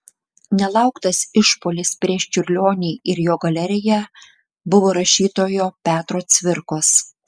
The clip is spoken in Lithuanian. nelauktas išpuolis prieš čiurlionį ir jo galeriją buvo rašytojo petro cvirkos